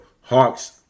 Hawks